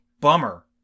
Bummer